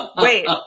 Wait